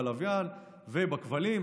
בלוויין ובכבלים,